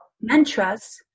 mantras